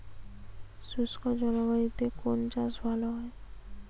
শুষ্ক জলবায়ুতে কোন চাষ ভালো হয়?